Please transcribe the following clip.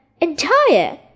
entire